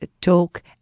talk